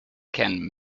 can